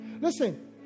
Listen